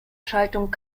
schaltung